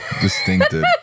Distinctive